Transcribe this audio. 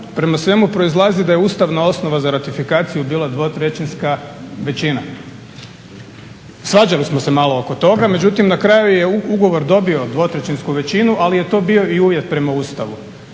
prema svemu proizlazi da je ustavna osnova za ratifikaciju bila dvotrećinska većina. Svađali smo se malo oko toga, međutim na kraju je ugovor dobio dvotrećinsku većinu ali je to bio i uvjet prema Ustavu.